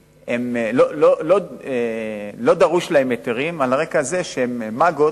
לא דרושים להן היתרים על רקע זה שהן מג"אות,